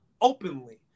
openly